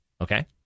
okay